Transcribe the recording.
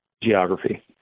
Geography